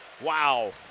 Wow